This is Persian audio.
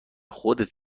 خودت